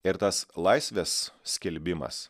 ir tas laisvės skelbimas